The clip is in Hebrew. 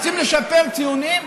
רוצים לשפר ציונים,